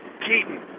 Keaton